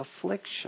affliction